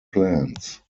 plans